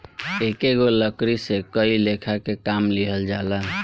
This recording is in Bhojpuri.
एकेगो लकड़ी से कई लेखा के काम लिहल जाला